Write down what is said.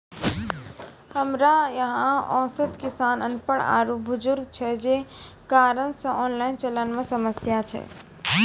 हमरा यहाँ औसत किसान अनपढ़ आरु बुजुर्ग छै जे कारण से ऑनलाइन चलन मे समस्या छै?